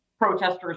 protesters